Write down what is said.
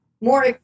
more